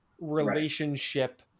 relationship